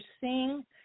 seeing